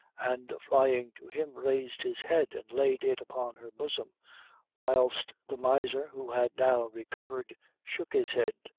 and flying to him, raised his head and laid it upon her bosom whilst the miser, who had now recovered, shook his head,